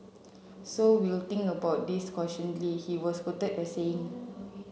so we'll think about this cautiously he was quoted as saying